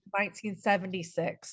1976